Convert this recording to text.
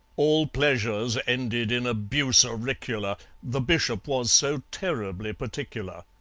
all pleasures ended in abuse auricular the bishop was so terribly particular.